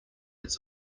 its